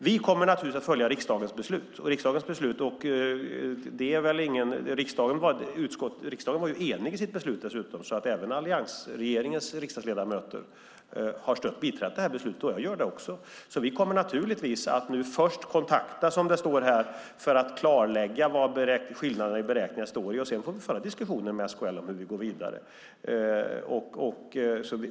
Vi kommer naturligtvis att följa riksdagens beslut. Riksdagen var dessutom enig, så även allianspartierna har stött beslutet. Jag stöder det också. Vi kommer nu först att kontakta SKL, som det står i svaret, för att klarlägga vad skillnaderna i beräkningar består i. Sedan får vi föra diskussioner med SKL om hur vi ska gå vidare.